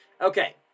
Okay